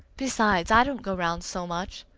besides, i don't go round so much.